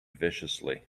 viciously